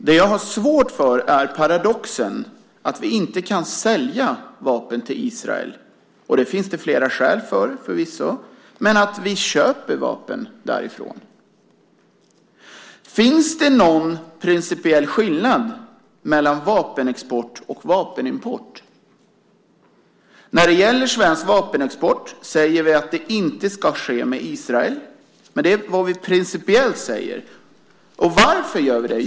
Det jag har svårt för är paradoxen att vi inte kan sälja vapen till Israel, och det finns det förvisso flera skäl till, men att vi köper vapen därifrån. Finns det någon principiell skillnad mellan vapenexport och vapenimport? När det gäller svensk vapenexport säger vi att det inte ska ske med Israel. Det är vad vi principiellt säger. Varför gör vi det?